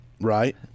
right